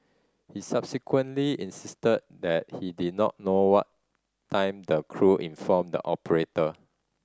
he subsequently insisted that he did not know what time the crew informed the operator